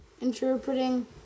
interpreting